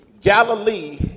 Galilee